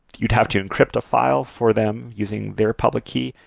you'd have to encrypt a file for them using their public key,